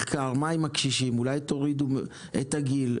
אולי צריך להוריד את הגיל,